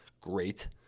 great